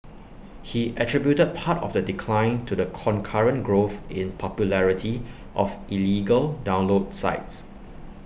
he attributed part of the decline to the concurrent growth in popularity of illegal download sites